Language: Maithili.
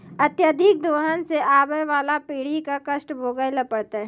अत्यधिक दोहन सें आबय वाला पीढ़ी क कष्ट भोगै ल पड़तै